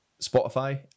Spotify